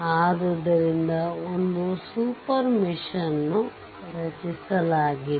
ಆದ್ದರಿಂದ ಒಂದು super mesh ನ್ನು ರಚಿಸಲಾಗಿದೆ